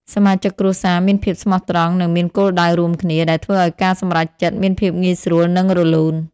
សមាជិកគ្រួសារមានភាពស្មោះត្រង់នឹងមានគោលដៅរួមគ្នា ដែលធ្វើឱ្យការសម្រេចចិត្តមានភាពងាយស្រួល និងរលូន។